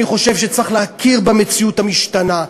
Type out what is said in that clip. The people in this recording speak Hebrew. אני חושב שצריך להכיר במציאות המשתנה.